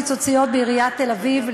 פיצוציות בתל-אביב,